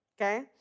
Okay